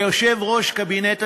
כיושב-ראש קבינט הדיור,